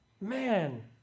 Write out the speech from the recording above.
Man